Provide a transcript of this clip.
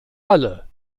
alle